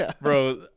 bro